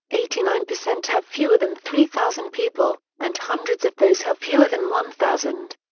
eighty nine percent have fewer than three thousand people, and hundreds of those have fewer than one thousand.